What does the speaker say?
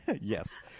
Yes